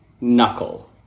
knuckle